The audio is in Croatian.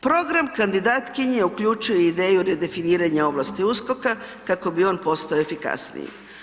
Program kandidatkinje uključuje ideju redefiniranja ovlasti USKOK-a kako bi on postao efikasniji.